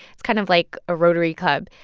it's kind of like a rotary club.